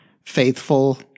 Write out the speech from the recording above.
faithful